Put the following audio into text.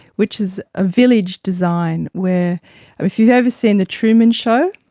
which is a village design where if you've ever seen the truman show,